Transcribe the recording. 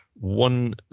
one